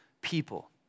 people